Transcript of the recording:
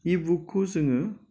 इबुकखौ जोङो